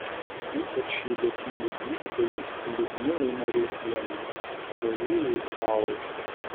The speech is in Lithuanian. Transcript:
ypač ji dėkinga gydytojai liudmilai noreikienei padavėjai alai